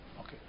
Okay